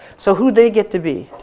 so who they get to be.